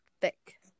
Thick